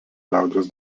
liaudies